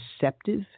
deceptive